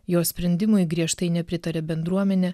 jo sprendimui griežtai nepritarė bendruomenė